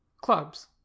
Clubs